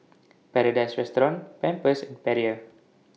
Paradise Restaurant Pampers and Perrier